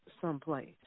someplace